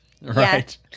right